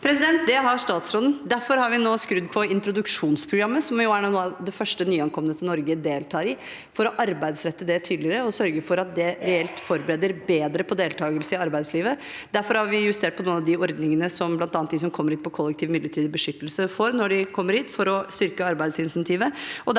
Det har statsråd- en. Derfor har vi nå skrudd på introduksjonsprogrammet som er noe av det første nyankomne til Norge deltar i, for å arbeidsrette det tydeligere og sørge for at det reelt forbereder bedre på deltakelse i arbeidslivet. Derfor har vi justert på noen av de ordningene som bl.a. de som kommer hit på kollektiv midlertidig beskyttelse, får når de kommer hit, for å styrke arbeidsinsentivene,